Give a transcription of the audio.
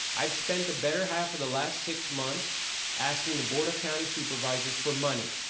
i've spent the better half of the last six months asking the board of county supervisors for money.